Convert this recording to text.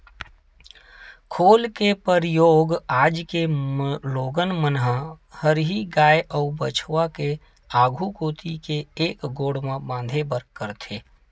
खोल के परियोग आज के लोगन मन ह हरही गाय अउ बछवा के आघू कोती के एक गोड़ म बांधे बर करथे